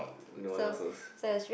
no unnecessary